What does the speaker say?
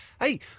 Hey